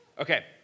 Okay